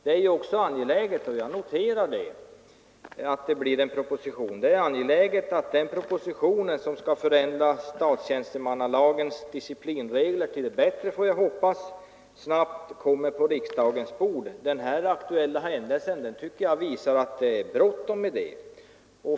Det är också angeläget, och jag noterar det, att det blir en proposition. Det är angeläget att den propositionen, som skall förändra statstjänstemannalagens disciplinregler — till det bättre, får jag hoppas — snabbt kommer på riksdagens bord. Den nu aktuella händelsen visar att det är bråttom med det.